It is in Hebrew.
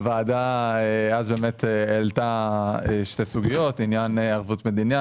הוועדה אז באמת העלתה שתי סוגיות: עניין ערבות מדינה,